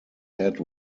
head